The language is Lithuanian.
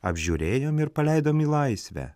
apžiūrėjom ir paleidom į laisvę